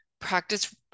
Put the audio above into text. practice